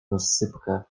rozsypkę